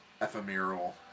Ephemeral